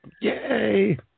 Yay